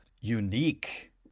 unique